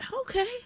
okay